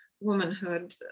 womanhood